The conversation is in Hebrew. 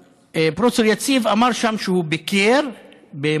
פרופ' יציב אמר שם שהוא ביקר במולדובה